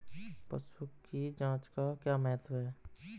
पशुओं की जांच का क्या महत्व है?